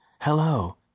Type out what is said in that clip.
Hello